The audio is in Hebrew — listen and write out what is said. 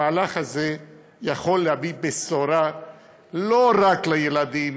המהלך הזה יכול להביא בשורה לא רק לילדים,